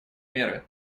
меры